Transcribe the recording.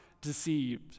deceived